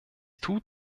tut